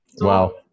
Wow